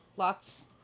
Lots